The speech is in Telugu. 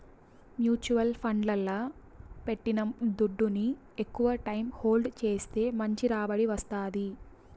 మ్యూచువల్ ఫండ్లల్ల పెట్టిన దుడ్డుని ఎక్కవ టైం హోల్డ్ చేస్తే మంచి రాబడి వస్తాది